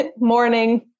morning